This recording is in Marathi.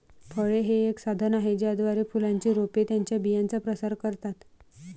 फळे हे एक साधन आहे ज्याद्वारे फुलांची रोपे त्यांच्या बियांचा प्रसार करतात